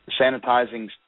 sanitizing